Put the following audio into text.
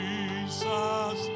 Jesus